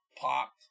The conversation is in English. popped